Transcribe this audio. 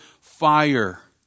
fire